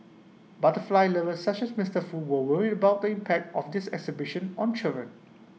butterfly lovers such as Mister Foo were worried about the impact of this exhibition on children